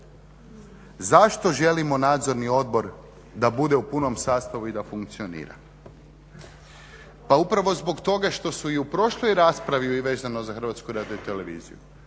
Zašto želimo Nadzorni odbor da bude u punom sastavu i da funkcionira? Pa upravo zbog toga što su i u prošloj raspravi vezano za HRT upravi izvješća